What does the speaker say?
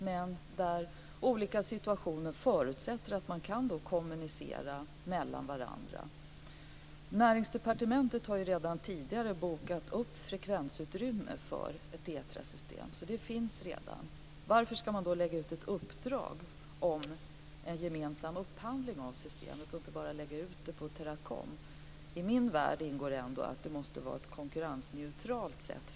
Men olika situationer förutsätter att man kan kommunicera med varandra. Näringsdepartementet har redan tidigare bokat upp frekvensutrymme för ett TETRA-system, så det finns redan. Varför ska man då lägga ut ett uppdrag om en gemensam upphandling av systemet och inte bara lägga ut det på Teracom? I min värld ingår det ändå att det måste ske på ett konkurrensneutralt sätt.